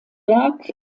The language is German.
werk